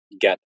get